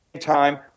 time